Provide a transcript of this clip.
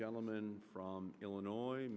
gentleman from illinois